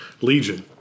Legion